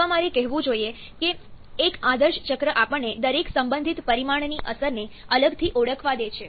અથવા મારે કહેવું જોઈએ કે એક આદર્શ ચક્ર આપણને દરેક સંબંધિત પરિમાણની અસરને અલગથી ઓળખવા દે છે